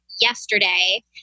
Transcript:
yesterday